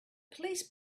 police